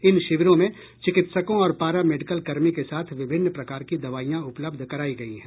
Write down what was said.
इन शिविरों में चिकित्सकों और पारा मेडिकल कर्मी के साथ विभिन्न प्रकार की दवाईयां उपलब्ध कराई गई हैं